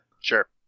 Sure